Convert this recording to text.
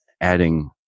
adding